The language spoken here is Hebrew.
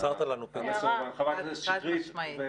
חברת הכנסת שטרית.